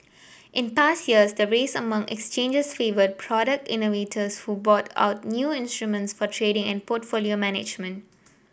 in past years the race among exchanges favoured product innovators who brought out new instruments for trading and portfolio management